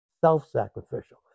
Self-sacrificial